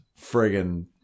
friggin